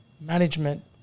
management